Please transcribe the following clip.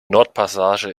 nordpassage